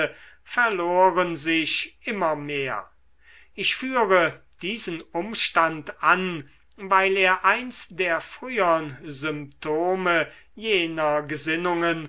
verloren sich immer mehr ich führe diesen umstand an weil er eins der frühern symptome jener gesinnungen